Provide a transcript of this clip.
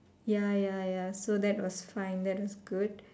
ya ya ya so that was fine that was good